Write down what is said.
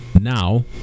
Now